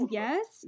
yes